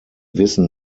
wissen